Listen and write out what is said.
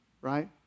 right